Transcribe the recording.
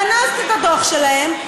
גנזת את הדוח שלהם,